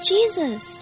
Jesus